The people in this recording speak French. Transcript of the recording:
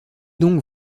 donc